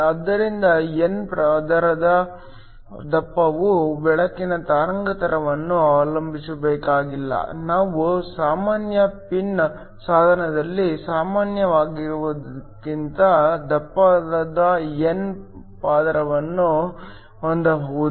ಆದ್ದರಿಂದ n ಪದರದ ದಪ್ಪವು ಬೆಳಕಿನ ತರಂಗಾಂತರವನ್ನು ಅವಲಂಬಿಸಬೇಕಾಗಿಲ್ಲ ನೀವು ಸಾಮಾನ್ಯ ಪಿನ್ ಸಾಧನದಲ್ಲಿ ಸಾಮಾನ್ಯವಾಗಿರುವುದಕ್ಕಿಂತ ದಪ್ಪವಾದ n ಪದರವನ್ನು ಹೊಂದಬಹುದು